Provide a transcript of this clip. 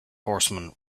horseman